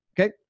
Okay